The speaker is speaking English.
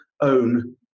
own